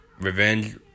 revenge